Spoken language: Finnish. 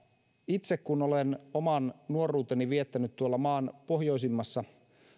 itse kun olen oman nuoruuteni viettänyt tuolla maan pohjoisimmassa